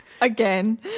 again